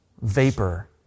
vapor